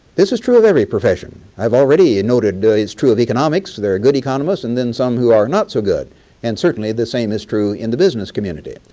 this is true of every profession, i've already and noted that it's true of economics. there are good economists and then some who are not so good and certainly the same is true in the business community.